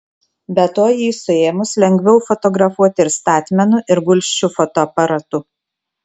be to jį suėmus lengviau fotografuoti ir statmenu ir gulsčiu fotoaparatu